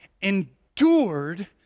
endured